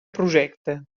projecte